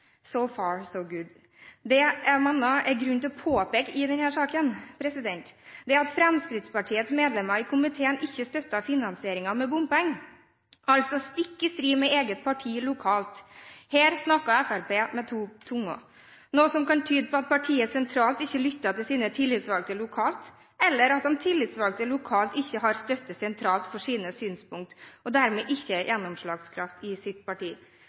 Det jeg mener det er grunn til å påpeke i denne saken, er at Fremskrittspartiets medlemmer i komiteen ikke støtter finansieringen med bompenger, altså stikk i strid med eget parti lokalt. Her snakker Fremskrittspartiet med to tunger, noe som kan tyde på at partiet sentralt ikke lytter til sine tillitsvalgte lokalt, eller at de tillitsvalgte lokalt ikke har støtte sentralt for sine synspunkter, og dermed ikke gjennomslagskraft i sitt parti.